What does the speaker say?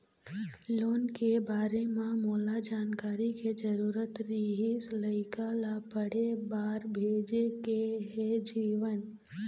loan के बारे म मोला जानकारी के जरूरत रीहिस, लइका ला पढ़े बार भेजे के हे जीवन